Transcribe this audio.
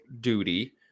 Duty